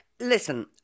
Listen